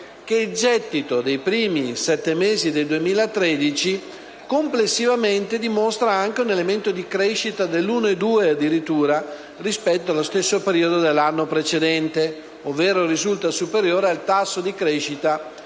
il gettito dei primi sette mesi del 2013, complessivamente, dimostra un elemento di crescita addirittura dell'1,2 per cento, rispetto allo stesso periodo dell'anno precedente: ovvero risulta superiore al tasso di crescita